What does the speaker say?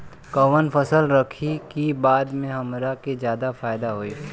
कवन फसल रखी कि बाद में हमरा के ज्यादा फायदा होयी?